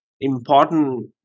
important